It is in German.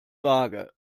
vage